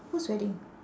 whose wedding